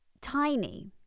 tiny